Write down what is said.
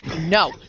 no